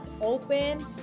open